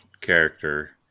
character